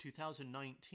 2019